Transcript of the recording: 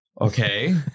okay